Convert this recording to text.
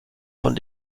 von